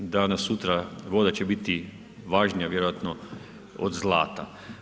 Danas/sutra, voda će biti važnija vjerojatno od zlata.